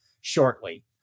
shortly